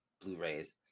Blu-rays